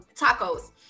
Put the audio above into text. tacos